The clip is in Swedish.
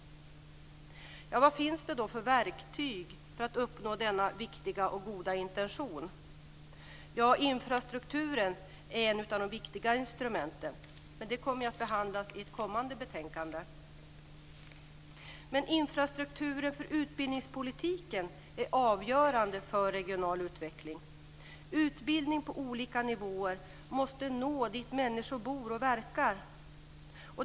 Vad finns det då för verktyg för att uppnå denna viktiga och goda intention? Infrastrukturen är ett av de viktigare instrumenten, men den kommer att behandlas i ett kommande betänkande. Men infrastrukturen i utbildningspolitiken är avgörande för att det ska ske regional utveckling. Utbildning på olika nivåer måste nå människor där de bor och verkar.